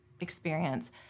experience